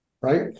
Right